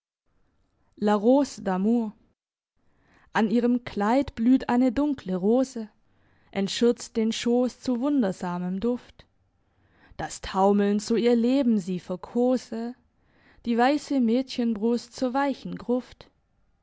an ihrem kleid blüht eine dunkle rose entschürzt den schoss zu wundersamem duft dass taumelnd so ihr leben sie verkose die weisse mädchenbrust zur weichen gruft